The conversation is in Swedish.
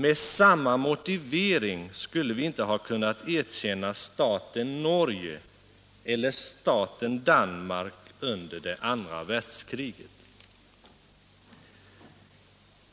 Med samma motivering skulle vi inte ha kunnat erkänna staten Norge eller staten Danmark under andra världskriget.